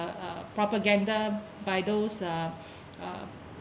uh uh propaganda by those uh uh